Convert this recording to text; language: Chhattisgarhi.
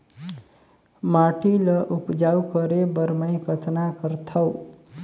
माटी ल उपजाऊ करे बर मै कतना करथव?